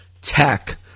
tech